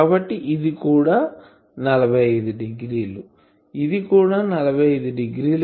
కాబట్టి ఇది కూడా 45 డిగ్రీలు ఇది కూడా 45 డిగ్రీలు